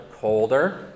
colder